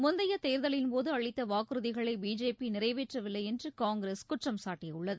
முந்தைய தேர்தலின் போது அளித்த வாக்குறுதிகளை பிஜேபி நிறைவேற்றவில்லை என்று காங்கிரஸ் குற்றம் சாட்டியுள்ளது